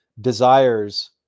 desires